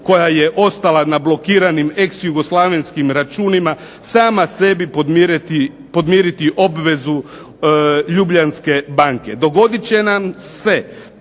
koja je ostala na blokiranim ex-jugoslavenskim računima sama sebi podmiriti obvezu Ljubljanske banke. Dogodit će nam se